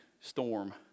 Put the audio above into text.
storm